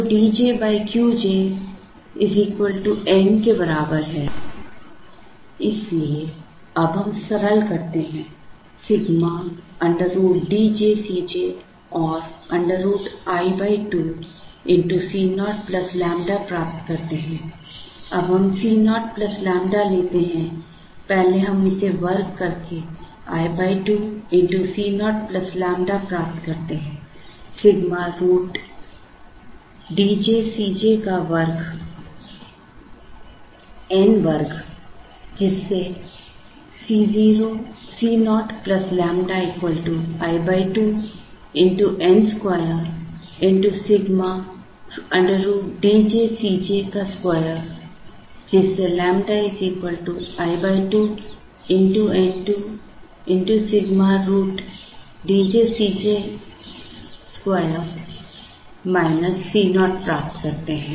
तो Dj Q j N के बराबर है इसलिए अब हम सरल करते हैं सिग्मा √ D j Cj और √ i 2 Co ƛ प्राप्त करते हैं I अब हम Co लैम्ब्डा लेते हैं पहले हम इसे वर्ग करके i 2 x Co ƛ प्राप्त करते हैं सिग्मा √ D j Cj का वर्ग N वर्ग जिससे Co ƛ i 2 N2 sigma √ D j C j वर्ग जिससे ƛ i 2 N2 sigma √ D j C j वर्ग Co प्राप्त करते हैं